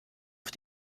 auf